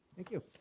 thank you.